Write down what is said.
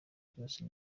byose